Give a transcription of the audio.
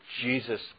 Jesus